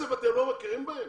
בגלל כסף אתם לא מכירים בהם?